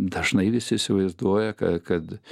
dažnai visi įsivaizduoja kad